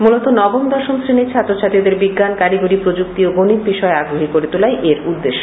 মূলত নবম দশম শ্রেণীর ছাত্রছাত্রীদের বিজ্ঞান কারিগরী প্রযুক্তি এবং গণিত বিষয়ে আগ্রহী করে তোলাই এর মূল উদ্দেশ্য